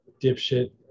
dipshit